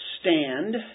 stand